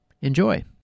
Enjoy